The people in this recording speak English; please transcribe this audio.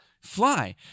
fly